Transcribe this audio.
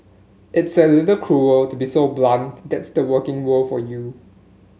it's a little cruel to be so blunt that's the working world for you